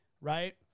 Right